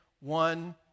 one